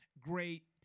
great